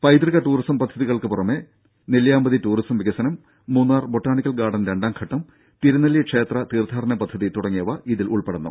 പൈതൃക ടൂറിസം പദ്ധതികൾക്ക് പുറമെ നെല്ല്യാമ്പതി ടൂറിസം വികസനം മൂന്നാർ ബൊട്ടാണിക്കൽ ഗാർഡൻ രണ്ടാംഘട്ടം തിരുനെല്ലി ക്ഷേത്ര തീർത്ഥാടന പദ്ധതി തുടങ്ങിയവ ഇതിൽ ഉൾപ്പെടുന്നു